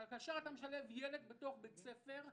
כאשר אתה משלב ילד בתוך בית ספר,